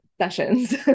sessions